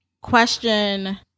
question